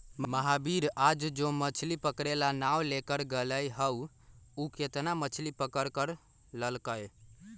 महावीर आज जो मछ्ली पकड़े ला नाव लेकर गय लय हल ऊ कितना मछ्ली पकड़ कर लल कय?